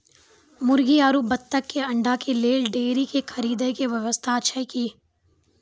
मुर्गी आरु बत्तक के अंडा के लेल डेयरी के खरीदे के व्यवस्था अछि कि?